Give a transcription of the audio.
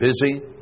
busy